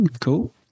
Cool